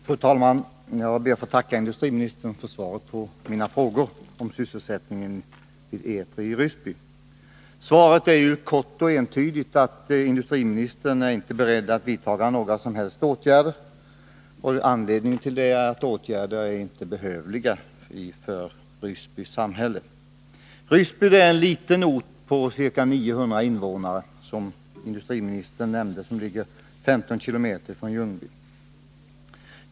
Fru talman! Jag ber att få tacka industriministern för svaret på mina frågor om sysselsättningen vid Etri Fönster AB i Ryssby. Svaret är kort och entydigt — industriministern är inte beredd att vidta några som helst åtgärder, och anledningen till det är enligt industriministern att åtgärderna inte är behövliga för Ryssby samhälle. Ryssby är en liten ort med ca 900 invånare och ligger, som också industriministern sade i svaret, 15 kilometer från Ljungby.